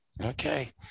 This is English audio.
Okay